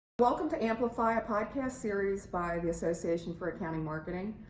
welcome to aamplify! a podcast series by the association for accounting marketing.